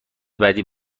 بدی